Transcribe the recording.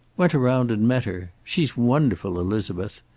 went around and met her. she's wonderful, elizabeth.